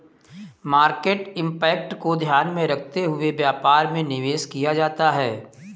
market impact को ध्यान में रखते हुए व्यापार में निवेश किया जाता है